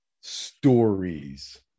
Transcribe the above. stories